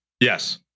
Yes